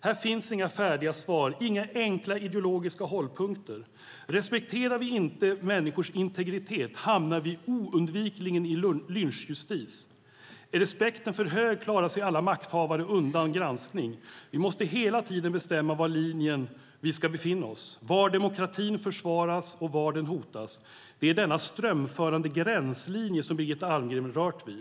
Här finns inga färdiga svar, inga enkla ideologiska hållpunkter. Respekterar vi inte människors integritet hamnar vi oundvikligen i lynchjustis. Är respekten för hög klarar sig alla makthavare undan granskning. Vi måste hela tiden bestämma var på linjen vi ska befinna oss, var demokratin försvaras och var den hotas. Det är denna strömförande gränslinje som Birgitta Almgren rört vid.